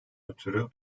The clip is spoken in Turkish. ötürü